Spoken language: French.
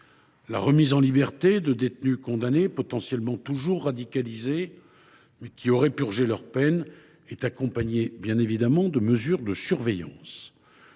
La remise en liberté de détenus condamnés, potentiellement toujours radicalisés, mais ayant purgé leur peine, est accompagnée, bien évidemment, de mesures de surveillance.